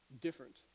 different